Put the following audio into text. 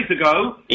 ago